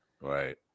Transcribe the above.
Right